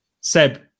seb